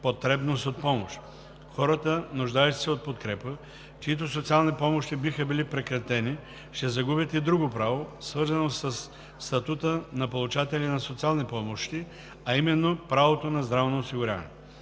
потребност от помощ. Хората, нуждаещи се от подкрепа, чиито социални помощи биха били прекратени, ще загубят и друго право, свързано със статуса на получатели на социални помощи, а именно правото на здравно осигуряване.